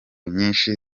nyinshi